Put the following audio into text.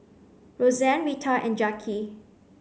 Roxane Reta and Jacki